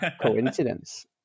coincidence